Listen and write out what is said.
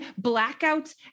blackouts